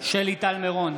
טל מירון,